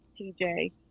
TJ